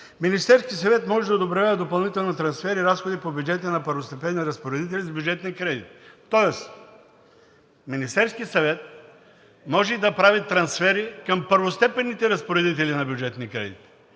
Министерският съвет може да одобрява допълнителни трансфери и разходи по бюджети на първостепенни разпоредители с бюджетни кредити, тоест Министерският съвет може и да прави трансфери към първостепенните разпоредители на бюджетни кредити,